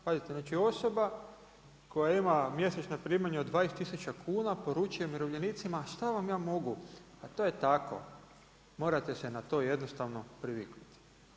Pazite znači osoba koja ima mjesečna primanja od 20 tisuća kuna poručuje umirovljenicima a šta vam ja mogu, a to je tako, morate se na to jednostavno priviknuti.